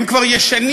הם כבר ישנים.